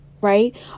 Right